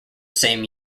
same